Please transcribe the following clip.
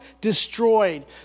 destroyed